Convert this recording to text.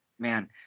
Man